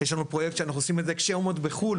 יש לנו פרויקט שאנחנו עושים את כשהם עוד בחו"ל.